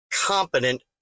competent